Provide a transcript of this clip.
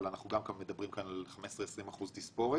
אבל גם כאן אנחנו מדברים על 15%-20% תספורת.